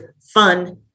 fun